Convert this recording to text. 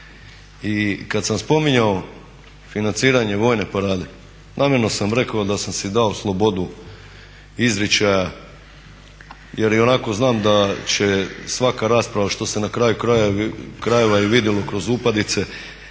I kad sam spominjao financiranje vojne parade, namjerno sam rekao da sam si dao slobodu izričaja jer ionako znam da će svaka rasprava što se na kraju krajeva i vidjelo kroz upadice